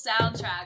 soundtrack